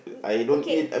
n~ okay